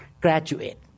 graduate